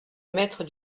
maître